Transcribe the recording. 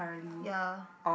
ya